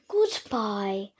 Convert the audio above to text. Goodbye